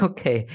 Okay